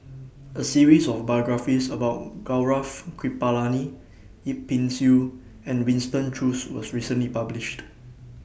A series of biographies about Gaurav Kripalani Yip Pin Xiu and Winston Choos was recently published